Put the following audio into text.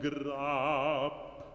Grab